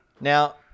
Now